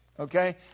Okay